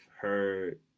heard